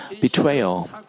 betrayal